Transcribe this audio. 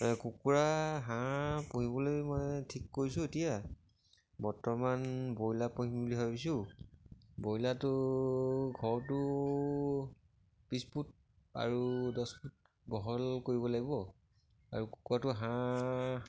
কুকুৰা হাঁহ পুহিবলৈ মই ঠিক কৰিছোঁ এতিয়া বৰ্তমান ব্ৰইলাৰ পুহিম বুলি ভাবিছোঁ ব্ৰইলাৰটো ঘৰটো বিছফুট আৰু দহফুট বহল কৰিব লাগিব আৰু কুকুৰাটো হাঁহ